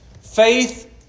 faith